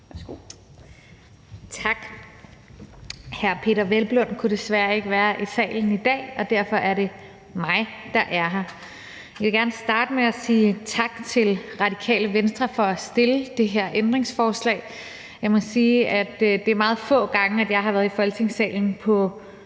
Tak. Hr. Peder Hvelplund kunne desværre ikke være i salen i dag, og derfor er det mig, der er her. Jeg vil gerne starte med at sige tak til Radikale Venstre for at fremsætte det her beslutningsforslag. Jeg må sige, at det er meget få gange, jeg har været i Folketingssalen om